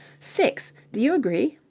six! do you agree?